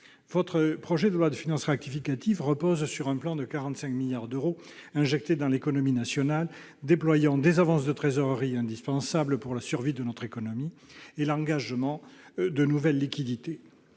Votre projet de loi de finances rectificative repose sur un plan de 45 milliards d'euros injectés dans l'économie nationale, déployant des avances de trésorerie indispensables pour la survie de notre économie et l'engagement de nouvelles liquidités.